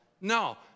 No